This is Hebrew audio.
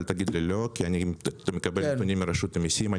אל תגיד לי לא כי אני מקבל נתונים מרשות המיסים,